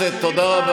לא, אתה.